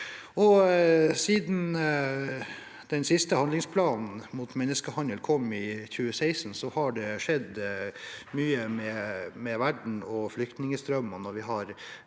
Siden den siste handlingsplanen mot menneskehandel kom i 2016, har det skjedd mye med verden og flyktningstrømmene.